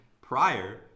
prior